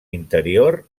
interior